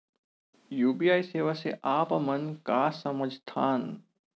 UPI सेवा से आप मन का समझ थान?